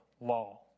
law